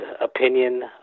opinion